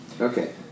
Okay